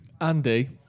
Andy